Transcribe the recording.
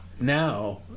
Now